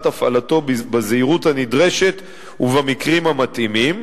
הפעלתו בזהירות הנדרשת ובמקרים המתאימים.